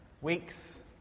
weeks